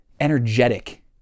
energetic